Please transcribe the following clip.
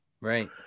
Right